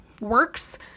works